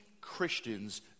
Christians